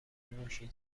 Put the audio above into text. موشی